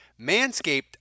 Manscaped